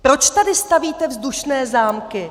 Proč tady stavíte vzdušné zámky?